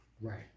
Right